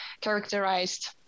characterized